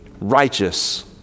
righteous